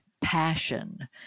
passion